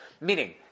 Meaning